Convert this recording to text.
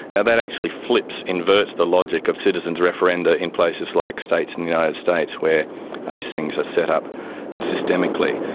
and that actually flips, inserts the logic of citizens referenda in places like states in the united states where these things are set up systemically.